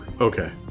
Okay